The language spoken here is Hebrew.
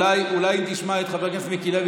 אולי תשמע את חבר הכנסת מיקי לוי,